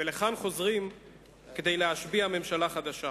ולכאן חוזרים כדי להשביע ממשלה חדשה.